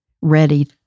ready